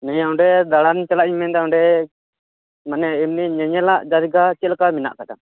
ᱱᱤᱭᱟ ᱚᱸᱰᱮ ᱫᱟᱲᱟᱱ ᱤᱧ ᱪᱟᱞᱟᱜ ᱤᱧ ᱢᱮᱱᱫᱟ ᱚᱸᱰᱮ ᱢᱟᱱᱮ ᱮᱢᱱᱤ ᱧᱮᱧᱮᱞᱟᱜ ᱡᱟᱭᱜᱟ ᱪᱮᱞᱮᱠᱟ ᱢᱮᱱᱟᱜ ᱟᱠᱟᱫᱟ